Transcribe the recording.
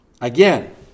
Again